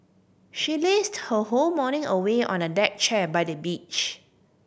she lazed her whole morning away on a deck chair by the beach